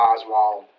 Oswald